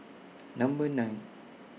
Number nine